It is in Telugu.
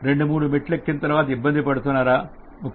రెండు మూడు మెట్లు ఎక్కిన తర్వాత ఇబ్బంది పడుతున్నా రా